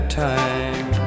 time